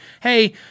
Hey